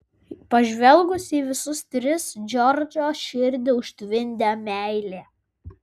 pažvelgus į visus tris džordžo širdį užtvindė meilė